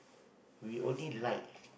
we only like